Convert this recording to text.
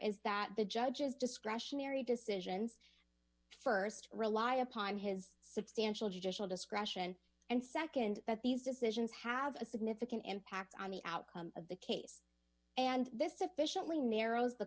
is that the judge's discretionary decisions st rely upon his substantial judicial discretion and nd that these decisions have a significant impact on the outcome of the case and this sufficiently narrows the